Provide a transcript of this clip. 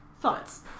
Thoughts